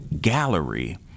gallery